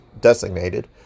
designated